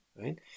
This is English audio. right